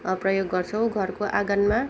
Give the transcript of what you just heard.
प्रयोग गर्छौँ घरको आँगनमा